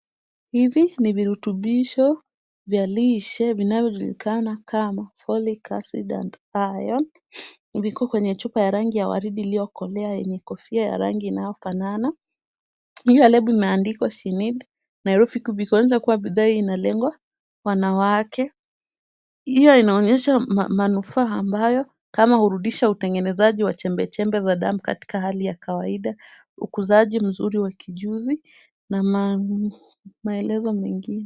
Hivi ni virutubisho vya lishe vinavyojulikana kama Folic acid and Iron. Viko kwenye chupa ya rangi ya waridi iliyokolea yenye kofia ya rangi inayofanana. Hiyo lebo imeandikwa SHENEED na herufi kubwa. Huweza kuwa bidhaa hii inalenga wanawake. Pia inaonesha manufaa amabayo kama hurudisha utengenezaji wa chembechembe za damu katika hali ya kawaida, ukuzaji mzuri wa kijuzi na maelezo mengine.